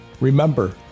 Remember